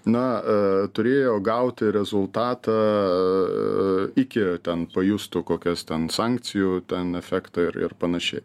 na turėjo gauti rezultatą iki ten pajustų kokias ten sankcijų ten efektą ir ir panašiai